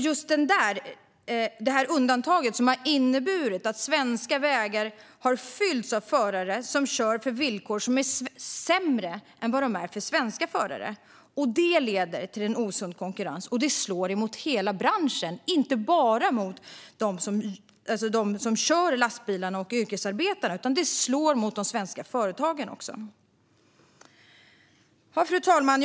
Just det undantaget har inneburit att svenska vägar har fyllts av förare som kör på sämre villkor än de svenska förarna gör. Det leder till osund konkurrens, och det slår mot hela branschen, inte bara mot dem som kör lastbilarna och yrkesarbetarna. Det slår också mot de svenska företagen. Fru talman!